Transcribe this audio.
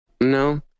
No